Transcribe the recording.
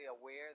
aware